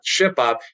ShipUp